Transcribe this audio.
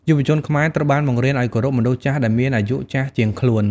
យុវជនខ្មែរត្រូវបានបង្រៀនឱ្យគោរពមនុស្សចាស់ដែលមានអាយុចាស់ជាងខ្លួន។